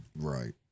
Right